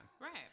Right